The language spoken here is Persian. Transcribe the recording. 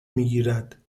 میگیرد